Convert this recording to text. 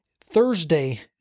Thursday